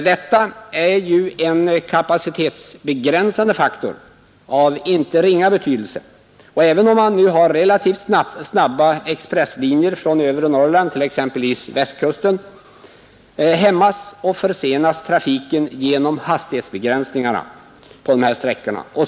Detta är ju en kapacitetsbegränsande faktor av inte ringa betydelse, och även om man nu har relativt snabba expresslinjer från övre Norrland till exempelvis Västkusten hämmas och försenas trafiken genom hastighetsbegränsningarna på de här sträckorna.